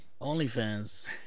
OnlyFans